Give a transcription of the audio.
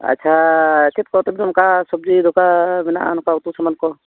ᱟᱪᱪᱷᱟ ᱪᱮᱫᱠᱚ ᱛᱚᱵᱮᱫᱚ ᱚᱱᱠᱟ ᱥᱚᱵᱽᱡᱤ ᱫᱚᱠᱟᱱᱨᱮ ᱢᱮᱱᱟᱜᱼᱟ ᱚᱱᱠᱟ ᱩᱛᱩ ᱥᱟᱢᱟᱱᱠᱚ